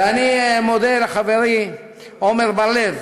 ואני מודה לחברי עמר בר-לב